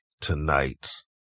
tonight's